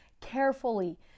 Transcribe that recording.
Carefully